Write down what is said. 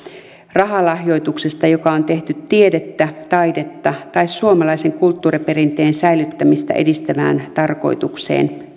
rahalahjoituksesta joka on tehty tiedettä taidetta tai suomalaisen kulttuuriperinteen säilyttämistä edistävään tarkoitukseen